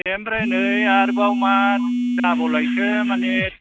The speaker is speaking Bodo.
दे ओमफ्राइ नै आरबाव मा जाबाव लायखो माने